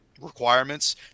requirements